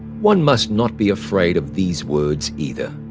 one must not be afraid of these words either.